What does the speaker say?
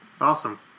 Awesome